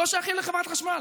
לא שייכים לחברת החשמל.